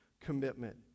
commitment